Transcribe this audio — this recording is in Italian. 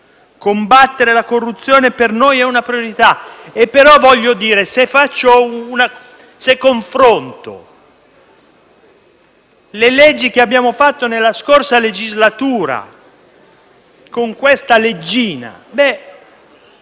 combattere la corruzione per noi è una priorità, ma se confrontiamo le leggi che abbiamo fatto nella scorsa legislatura con questa leggina, allora